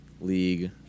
League